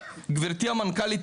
גברתי המנכ"לית,